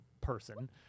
person